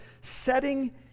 setting